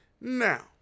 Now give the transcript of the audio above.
Now